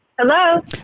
Hello